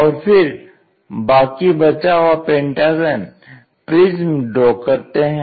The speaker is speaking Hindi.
और फिर बाकी बचा हुआ पेंटागन प्रिज्म ड्रा करते हैं